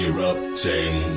Erupting